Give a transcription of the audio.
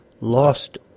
lost